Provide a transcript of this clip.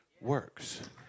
works